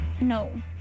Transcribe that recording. No